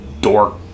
Dork